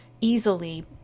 easily